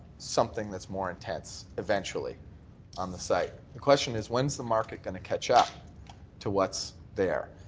something that's more intense eventually on the site. the question is when is the market going to catch up to what's there?